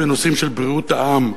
בנושאים של בריאות העם,